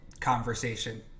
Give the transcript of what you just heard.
conversation